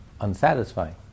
unsatisfying